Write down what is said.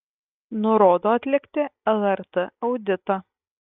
nurodo atlikti lrt auditą